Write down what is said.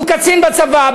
הוא קצין בצבא,